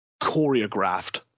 choreographed